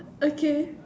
okay